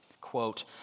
Quote